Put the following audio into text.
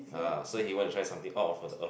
ah so he want to try something out of the Earth